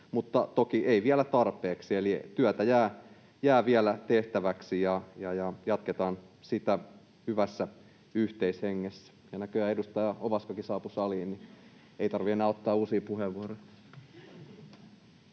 mutta toki ei vielä tarpeeksi, eli työtä jää vielä tehtäväksi, ja jatketaan sitä hyvässä yhteishengessä. Ja näköjään edustaja Ovaskakin saapui saliin, niin ei tarvitse enää ottaa uusia puheenvuoroja.